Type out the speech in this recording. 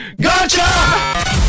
Gotcha